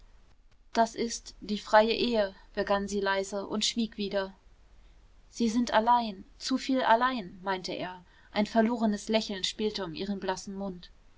das ist die freie ehe begann sie leise und schwieg wieder sie sind allein zu viel allein meinte er ein verlorenes lächeln spielte um ihren blassen mund